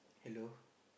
hello